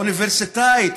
האוניברסיטאית,